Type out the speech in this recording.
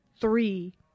three